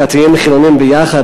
דתיים וחילונים ביחד,